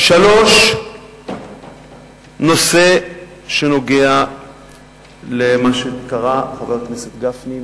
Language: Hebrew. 3. נושא שנוגע למה שקרא חבר הכנסת גפני,